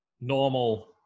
normal